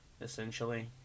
essentially